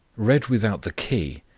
read without the key,